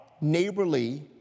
neighborly